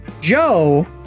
Joe